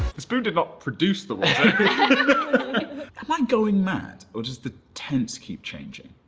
the spoon did not produce the um um going mad, or does the tense keep changing.